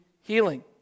healing